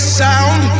sound